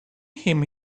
him